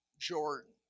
Jordan